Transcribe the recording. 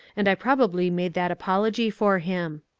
and i probably made that apology for him.